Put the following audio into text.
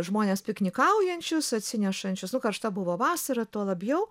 žmones piknikaujančius atsinešančius nu karšta buvo vasara tuo labiau